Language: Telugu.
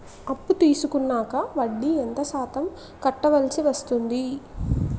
అప్పు తీసుకున్నాక వడ్డీ ఎంత శాతం కట్టవల్సి వస్తుంది?